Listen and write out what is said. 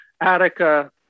Attica